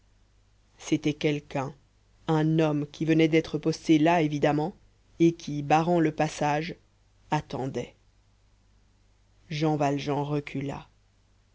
c'était quelqu'un un homme qui venait d'être posté là évidemment et qui barrant le passage attendait jean valjean recula